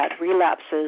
relapses